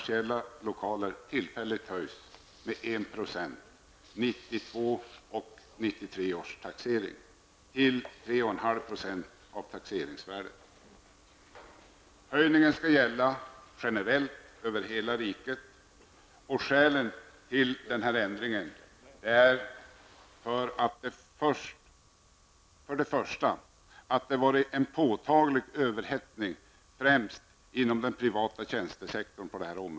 Skälen till denna ändring är för det första att det under de senaste åren har varit en påtaglig överhettning på detta område, främst inom den privata tjänstesektorn.